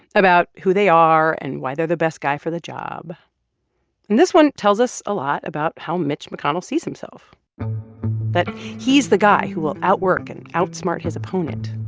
about who they are and why they're the best guy for the job. and this one tells us a lot about how mitch mcconnell sees himself that he's the guy who will outwork and outsmart his opponent,